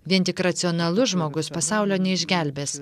vien tik racionalus žmogus pasaulio neišgelbės